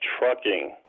trucking